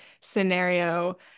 scenario